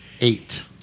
Eight